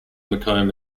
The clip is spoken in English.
mccomb